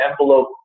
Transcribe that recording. envelope